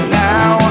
now